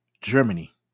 Germany